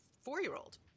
four-year-old